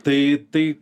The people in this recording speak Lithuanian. tai tai